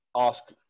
ask